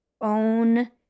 own